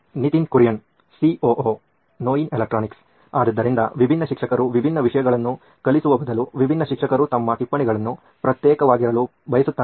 Nitin Kurian COO ನೋಯಿನ್ electronics ಆದ್ದರಿಂದ ವಿಭಿನ್ನ ಶಿಕ್ಷಕರು ವಿಭಿನ್ನ ವಿಷಯಗಳನ್ನು ಕಲಿಸುವ ಬದಲು ವಿಭಿನ್ನ ಶಿಕ್ಷಕರು ತಮ್ಮ ಟಿಪ್ಪಣಿಗಳನ್ನು ಪ್ರತ್ಯೇಕವಾಗಿರಲು ಬಯಸುತ್ತಾರೆ